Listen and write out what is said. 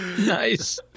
Nice